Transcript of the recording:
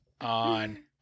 On